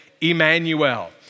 Emmanuel